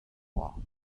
noire